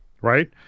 right